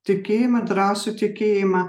tikėjimą drąsų tikėjimą